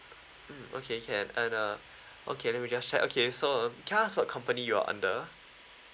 mm okay can and uh okay let me just check okay so uh can I ask for company you're under